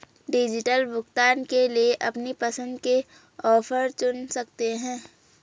digital भुगतान के लिए अपनी पसंद के ऑफर चुन सकते है